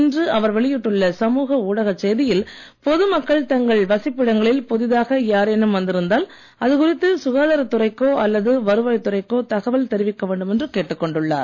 இன்று அவர் வெளியிட்டுள்ள சமூக ஊடகச் செய்தியில் பொது மக்கள் தங்கள் வசிப்பிடங்களில் புதிதாக யாரேனும் வந்திருந்தால் அதுகுறித்து சுகாதாரத் துறைக்கோ அல்லது வருவாய் துறைக்கோ தகவல் தெரிவிக்க வேண்டுமென்று கேட்டுக் கொண்டுள்ளார்